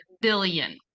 billion